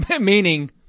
Meaning